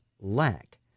lack